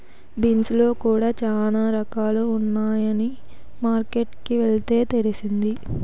beans లో కూడా చానా రకాలు ఉన్నాయని మార్కెట్ కి వెళ్తే తెలిసింది